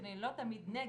שאני לא תמיד נגד,